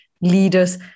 leaders